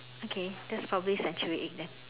okay that's probably century egg then